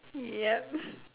yup